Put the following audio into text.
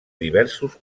diversos